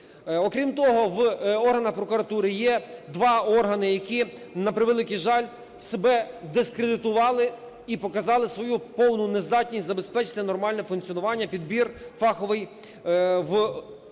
Окрім того в органах прокуратури є два органи, які, на превеликий жаль, себе дискредитували і показали свою повну нездатність забезпечити нормальне функціонування, підбір фаховий в органи